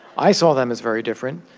i saw them as very different.